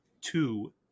two